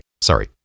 sorry